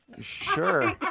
Sure